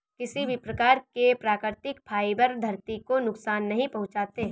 किसी भी प्रकार के प्राकृतिक फ़ाइबर धरती को नुकसान नहीं पहुंचाते